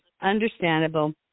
Understandable